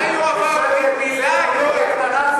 עבר ברית מילה, יואל.